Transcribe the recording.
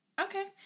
Okay